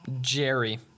Jerry